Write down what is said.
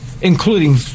including